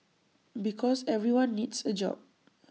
because everyone needs A job